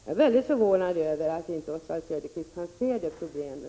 Det är förvånande att inte Oswald Söderqvist kan se det problemet.